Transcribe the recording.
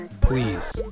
please